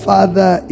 Father